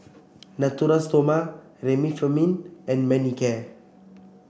Natura Stoma Remifemin and Manicare